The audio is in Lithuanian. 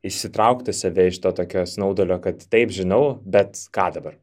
išsitraukti save iš to tokio snaudulio kad taip žinau bet ką dabar